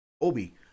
Obi